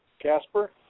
Casper